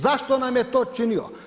Zašto nam je to činio?